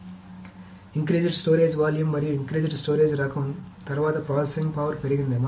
కాబట్టి increased storage volume మరియు increased storage రకం తర్వాత ప్రాసెసింగ్ పవర్ పెరిగింది